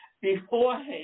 beforehand